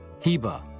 Heba